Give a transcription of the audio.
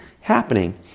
happening